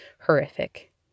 horrific